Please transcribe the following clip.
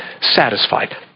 satisfied